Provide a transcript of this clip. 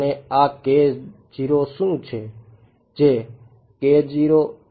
અને આ શું છે